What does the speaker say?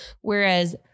Whereas